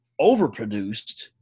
overproduced